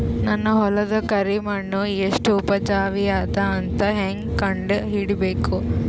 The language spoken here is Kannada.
ನನ್ನ ಹೊಲದ ಕರಿ ಮಣ್ಣು ಎಷ್ಟು ಉಪಜಾವಿ ಅದ ಅಂತ ಹೇಂಗ ಕಂಡ ಹಿಡಿಬೇಕು?